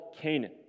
Canaan